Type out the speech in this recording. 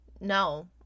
No